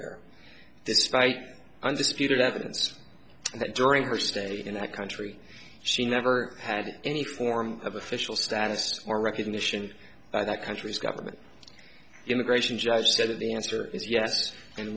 there despite undisputed evidence that during her stay in that country she never had any form of official status or recognition by that country's government immigration judge said of the answer is yes and